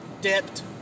dipped